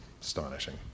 astonishing